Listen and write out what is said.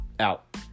Out